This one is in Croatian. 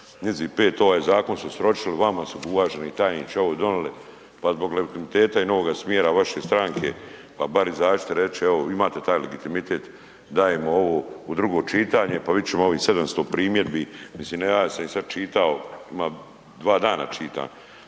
njijzi 5 ovaj zakon su sročili, vama su uvaženi tajniče ovo donili, pa zbog legitimiteta i novog smjera vaše stranke pa bar izađite i rečite evo imate taj legitimitet dajemo ovo u drugo čitanje, pa vidit ćemo ovih 700 primjedbi, mislim ja sam ih sve čitao, ima dva dana čitam,